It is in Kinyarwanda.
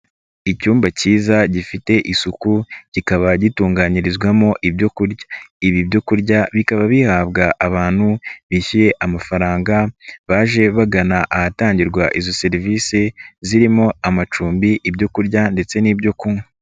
Icyumba kiza gifite isuku kikaba gitunganyirizwamo ibyo kurya, ibi byo kurya bikaba bihabwa abantu bishyuye amafaranga baje bagana ahatangirwa izo serivisi zirimo amacumbi, ibyo kurya ndetse n'ibyo kunywa.